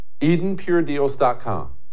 EdenPureDeals.com